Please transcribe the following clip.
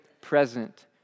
present